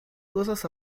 cosas